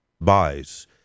buys